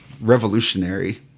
revolutionary